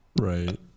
Right